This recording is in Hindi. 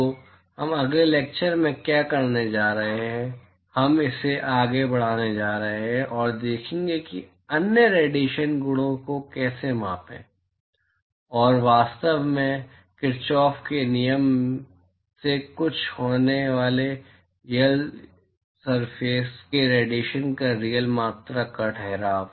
तो हम अगले लैक्चर में क्या करने जा रहे हैं हम इसे आगे बढ़ाने जा रहे हैं और देखेंगे कि अन्य रेडिएशन गुणों को कैसे मापें और वास्तव में किरचॉफ के नियम से शुरू होने वाले यल सरफेस के रेडिएशन की रीयल मात्रा का ठहराव